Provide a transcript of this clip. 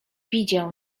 widział